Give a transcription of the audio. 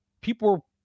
people